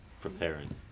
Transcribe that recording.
preparing